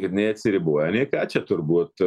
ir nei atsiriboja nei ką čia turbūt